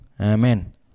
amen